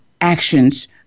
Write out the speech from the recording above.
actions